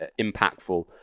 impactful